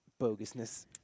Bogusness